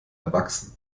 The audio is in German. erwachsen